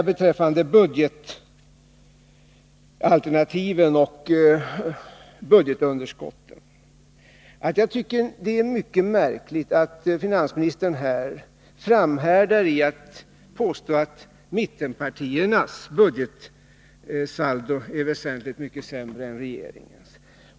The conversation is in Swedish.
Beträffande budgetalternativen och budgetunderskotten vill jag säga att jag tycker det är mycket märkligt att finansministern här framhärdar i att påstå att mittenpartiernas budgetsaldo är väsentligt mycket sämre än regeringens.